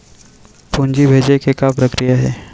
पूंजी भेजे के का प्रक्रिया हे?